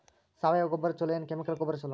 ಸಾವಯವ ಗೊಬ್ಬರ ಛಲೋ ಏನ್ ಕೆಮಿಕಲ್ ಗೊಬ್ಬರ ಛಲೋ?